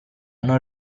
non